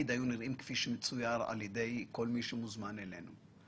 היו נראים כפי שמצויר על ידי כל מי שמוזמן אלינו.